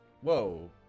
whoa